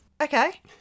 Okay